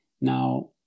now